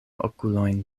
okulojn